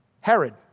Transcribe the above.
Herod